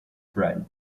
friend